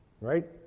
Right